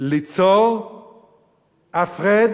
ליצור הפרד